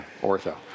ortho